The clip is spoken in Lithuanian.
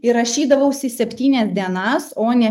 ir rašydavausi septynias dienas o ne